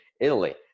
Italy